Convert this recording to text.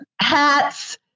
hats